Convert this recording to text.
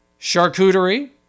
charcuterie